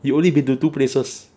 you only been to two places